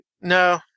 No